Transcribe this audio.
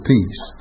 Peace